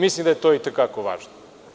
Misli da je to i te kako važno.